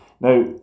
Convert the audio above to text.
Now